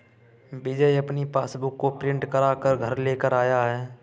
विजय अपनी पासबुक को प्रिंट करा कर घर लेकर आया है